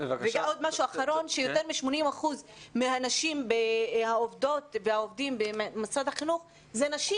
משהו אחרון יותר מ-80% מהעובדים במשרד החינוך הם נשים.